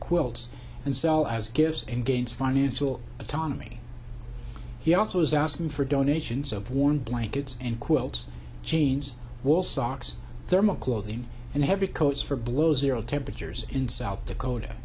quilts and sell as gifts and gains funny it's all autonomy he also is asking for donations of warm blankets and quilts jeans wool socks thermal clothing and heavy coats for below zero temperatures in south dakota